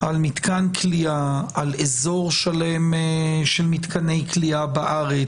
על מתקן כליאה, על אזור שלם של מתקני כליאה בארץ.